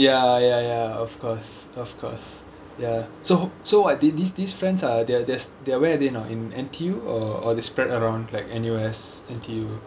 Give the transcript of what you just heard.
ya ya ya of course of course ya so so what the~ the~ these friends are they're they're s~ they're where they are in N_T_U or or they spread around like N_U_S N_T_U